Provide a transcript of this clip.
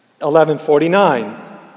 1149